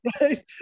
right